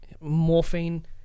morphine